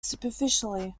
superficially